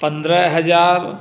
पंद्रह हजार